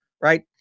right